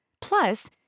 Plus